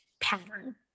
pattern